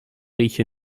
rieche